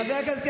"יהדות",